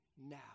now